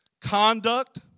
conduct